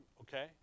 Okay